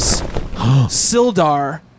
Sildar